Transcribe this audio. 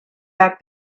back